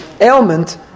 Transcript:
ailment